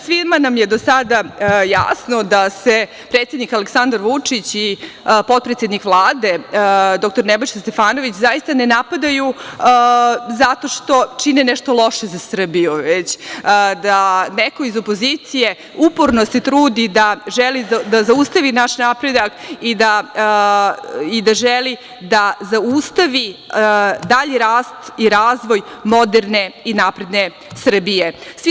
Svima nam je do sada jasno da se predsednik Aleksandar Vučić i potpredsednik Vlade, dr Nebojša Stefanović, zaista ne napadaju zato što čine nešto loše za Srbiju, već da se neko iz opozicije uporno trudi da zaustavi naš napredak i želi da zaustavi dalji rast i razvoj moderne i napredne Srbije.